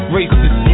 Racist